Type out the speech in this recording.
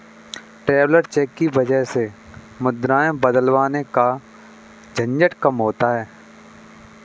traveller cheque की वजह से मुद्राएं बदलवाने का झंझट कम हो जाता है